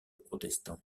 protestant